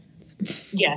Yes